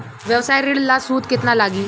व्यवसाय ऋण ला सूद केतना लागी?